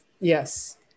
Yes